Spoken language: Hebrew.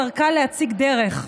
דרכה להציג דרך,